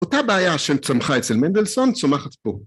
‫אותה בעיה שצמחה אצל מנדלסון ‫צומחת פה.